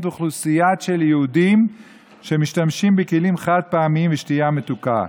אוכלוסייה של יהודים שמשתמשים בכלים חד-פעמיים ושתייה מתוקה.